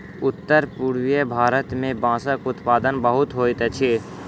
उत्तर पूर्वीय भारत मे बांसक उत्पादन बहुत होइत अछि